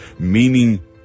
Meaning